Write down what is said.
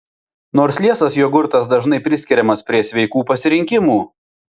nors liesas jogurtas dažnai priskiriamas prie sveikų pasirinkimų